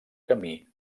camí